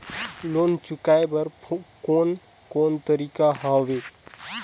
Loan चुकाए बर कोन कोन तरीका हवे?